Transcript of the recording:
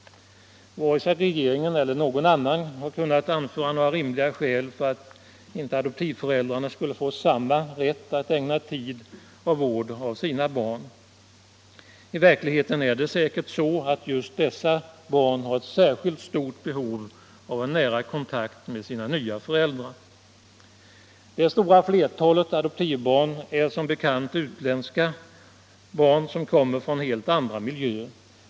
Varken regeringen eller någon annan har kunnat anföra några rimliga skäl för att inte adoptivföräldrar skulle få samma rätt att ägna tid åt vård av sina barn. I verkligheten har just dessa barn ett särskilt stort behov av en nära kontakt med sina nya föräldrar. Det stora flertalet adoptivbarn är som bekant utländska barn som kommer från helt andra miljöer.